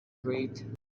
create